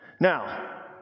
Now